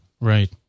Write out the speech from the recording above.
Right